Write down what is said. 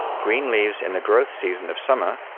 green leaves in the growth season of summer,